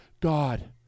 God